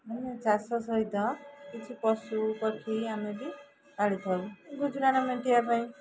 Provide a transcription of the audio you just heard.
ଚାଷ ସହିତ କିଛି ପଶୁ ପକ୍ଷୀ ଆମେ ବି ପାଳିଥାଉ ଗୁଜୁରାଣ ମେଣ୍ଟାଇବା ପାଇଁ